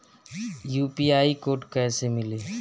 UPI code कैसे मिली?